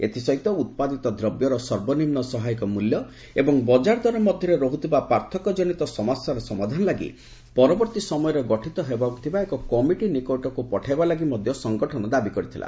ଏଥିସହିତ ଉତ୍ପାଦିତ ଦ୍ରବ୍ୟର ସର୍ବନିମ୍ବ ସହାୟକ ମୂଲ୍ୟ ଏବଂ ବଜାର ଦର ମଧ୍ୟରେ ରହୁଥିବା ପାର୍ଥକ୍ୟଜନିତ ସମସ୍ୟାର ସମାଧାନ ଲାଗି ପରବର୍ତ୍ତୀ ସମୟରେ ଗଠିତ ହେବାକୁ ଥିବା ଏକ କମିଟି ନିକଟକୁ ପଠାଇବା ଲାଗି ମଧ୍ୟ ସଙ୍ଗଠନ ଦାବି କରିଥିଲା